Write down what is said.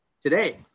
Today